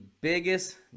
biggest